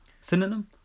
Synonym